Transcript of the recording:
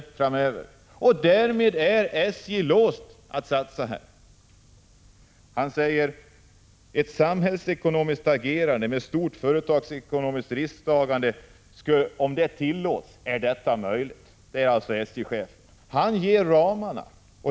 Därmed är SJ:s positioner låsta. SJ-chefen fortsätter med att säga att den negativa inställningen inte kan undanröjas ”med mindre än att ett samhällsekonomiskt agerande med stort företagsekonomiskt risktagande också tillåts”. Han anger ramarna.